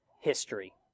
history